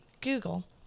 Google